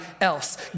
else